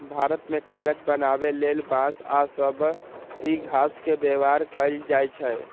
भारत मे कागज बनाबे लेल बांस आ सबइ घास के व्यवहार कएल जाइछइ